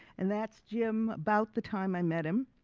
and that's jim about the time i met him,